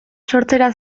sortzera